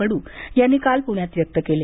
कड्र यांनी काल पुण्यात व्यक्त केले